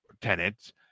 tenants